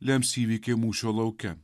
lems įvykiai mūšio lauke